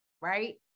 right